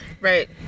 Right